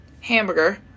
hamburger